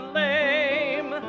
lame